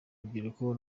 urubyiruko